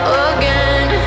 again